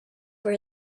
were